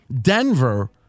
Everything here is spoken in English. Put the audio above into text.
Denver